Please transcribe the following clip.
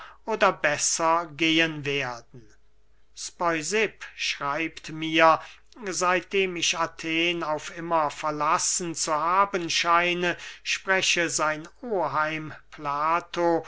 oder besser gehen werden speusipp schreibt mir seitdem ich athen auf immer verlassen zu haben scheine spreche sein oheim plato